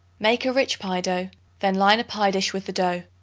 make a rich pie-dough then line a pie-dish with the dough.